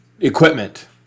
equipment